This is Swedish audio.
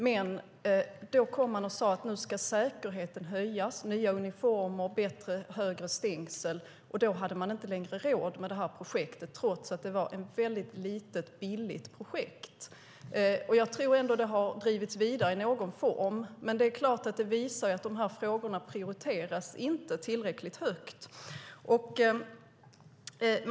Men när man skulle förbättra säkerheten, ta fram nya uniformer och höja stängslen hade man inte längre råd med projektet, trots att det var ett litet och billigt projekt. Jag tror att det har drivits vidare i någon form, men det här visar att det inte prioriteras tillräckligt högt.